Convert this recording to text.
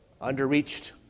underreached